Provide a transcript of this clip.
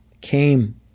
Came